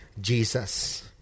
Jesus